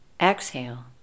Exhale